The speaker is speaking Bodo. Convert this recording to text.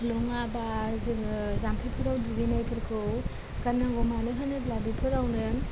लङा बा जोङो जाम्फैफोराव दुगैनायफोरखौ गारनांगौ मानो होनोब्ला बेफोरावनो